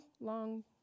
long